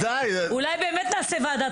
אולי באמת נעשה ועדת חקירה.